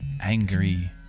angry